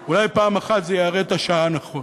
את השעה, אולי פעם אחת זה יראה את השעה נכון.